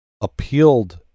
appealed